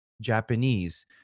Japanese